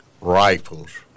rifles